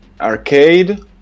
arcade